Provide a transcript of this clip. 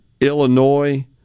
Illinois